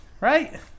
Right